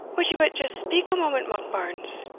wad ye but just speak a moment, monkbarns?